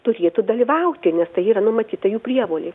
turėtų dalyvauti nes tai yra numatyta jų prievolė